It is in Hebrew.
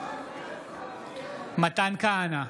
מתן כהנא,